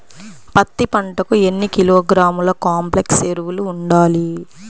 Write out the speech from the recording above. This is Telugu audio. పత్తి పంటకు ఎన్ని కిలోగ్రాముల కాంప్లెక్స్ ఎరువులు వాడాలి?